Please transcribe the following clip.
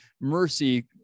mercy